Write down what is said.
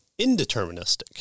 indeterministic